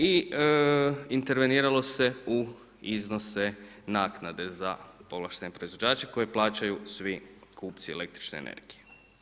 I interveniralo se u iznose naknade za povlaštene proizvođače koje plaćaju svi kupci električne energije.